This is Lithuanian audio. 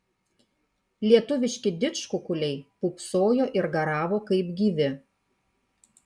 lietuviški didžkukuliai pūpsojo ir garavo kaip gyvi